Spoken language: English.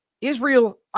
Israel